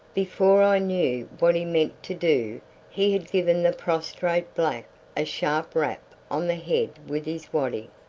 before i knew what he meant to do he had given the prostrate black a sharp rap on the head with his waddy.